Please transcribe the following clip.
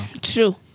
True